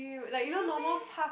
really meh